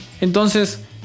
Entonces